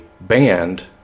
banned